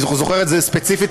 אני זוכר ספציפית,